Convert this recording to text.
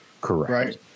Correct